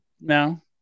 No